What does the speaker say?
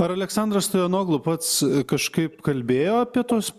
ar aleksandras stoianoglo pats kažkaip kalbėjo apie tuos